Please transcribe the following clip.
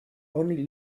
only